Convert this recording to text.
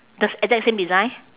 the s~ exact same design